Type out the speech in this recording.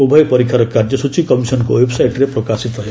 ଉଭୟ ପରୀକ୍ଷାର କାର୍ଯ୍ୟସୂଚୀ କମିଶନଙ୍କ ଓ୍ୱେବ୍ସାଇଟ୍ରେ ପ୍ରକାଶିତ ହେବ